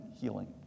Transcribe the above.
healing